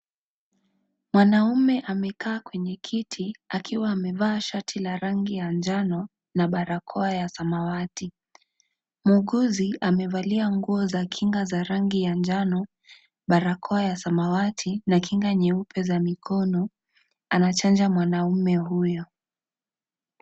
Mwanaume amekaa kwenye kiti akiwa amevaa shati la rangi ya njano na barakoa ya samawati, muuguzi amevalia nguo za kinga za rangi ya njano, barakoa ya samawati, na kinga nyeupe za mikono anachanja mwanaume huyo.